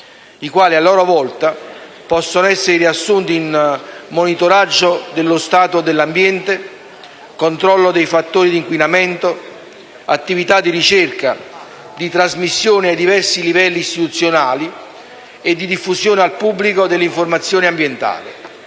i quali possono essere riassunti in: monitoraggio dello stato dell'ambiente; controllo dei fattori di inquinamento; attività di ricerca, di trasmissione ai diversi livelli istituzionali e di diffusione al pubblico dell'informazione ambientale;